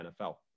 NFL